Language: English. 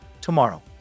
tomorrow